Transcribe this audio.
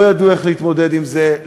לא ידעו איך להתמודד עם זה,